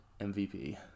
MVP